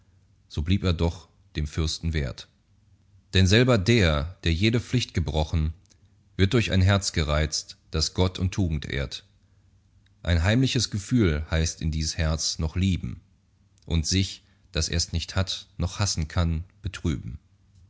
so blieb er doch dem fürsten wert denn selber der der jede pflicht gebrochen wird durch ein herz gereizt das gott und tugend ehrt ein heimliches gefühl heißt ihn dies herz noch lieben und sich daß ers nicht hat noch hassen kann betrüben